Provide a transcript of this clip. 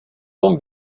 tom